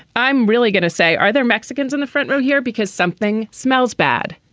i'm really going to say are there mexicans in the front row here because something smells bad.